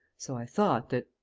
so i thought that.